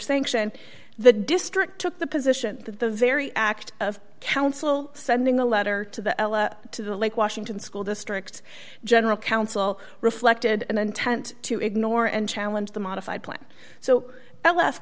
sanction the district took the position that the very act of council sending a letter to the to the lake washington school district general council reflected an intent to ignore and challenge the modified plan so that left